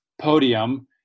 podium